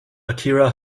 akira